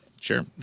Sure